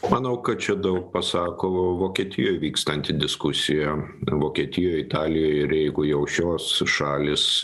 manau kad čia daug pasako vokietijoj vykstanti diskusija vokietijoj italijoj ir jeigu jau šios šalys